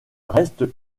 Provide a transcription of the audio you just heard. reste